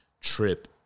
trip